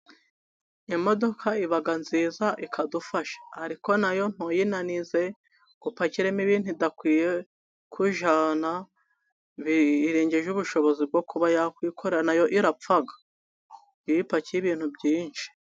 Imodoka iba nziza, ikadufasha. Ariko na yo ntuyinanize ngo upakiremo ibintu idakwiye kujyana, birengeje ubushobozi bwo kuba yakwikorera, na yo irapfa iyo uyipakiye ibintu byinshi.